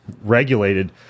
regulated